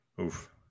Oof